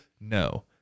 No